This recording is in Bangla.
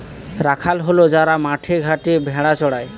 রাখাল হল যারা মাঠে ঘাটে ভেড়া চড়ায়